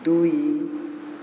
ଦୁଇ